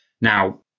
Now